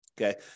okay